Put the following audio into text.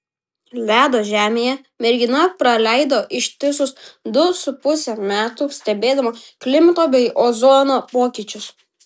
ledo žemėje mergina praleido ištisus du su puse metų stebėdama klimato bei ozono pokyčius